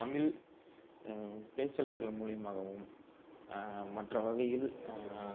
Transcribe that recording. தமிழ் பேச்சாளர்கள் மூலயமாகவும் மற்ற வகையில்